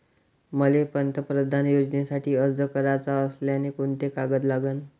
मले पंतप्रधान योजनेसाठी अर्ज कराचा असल्याने कोंते कागद लागन?